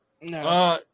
No